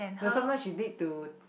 the sometime she need to